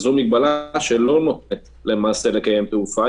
זו מגבלה שלא נותנת למעשה לקיים תעופה.